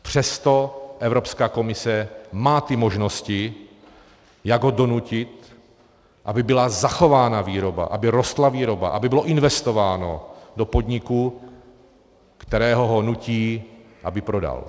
Přesto Evropská komise má možnosti, jak ho donutit, aby byla zachována výroba, aby rostla výroba, aby bylo investováno do podniku, kterého nutí, aby prodal.